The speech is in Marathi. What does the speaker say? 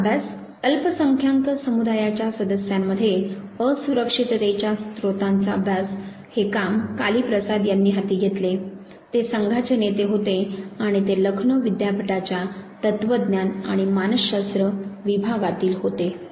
दुसरा अभ्यास "अल्पसंख्याक समुदाया च्या सदस्यांमध्ये असुरक्षिततेच्या स्त्रोतांचा अभ्यास" हे काम काली प्रसाद यांनी हाती घेतले ते संघाचे नेते होते आणि ते लखनौ विद्यापीठाच्या तत्वज्ञान आणि मानसशास्त्र विभागातील होते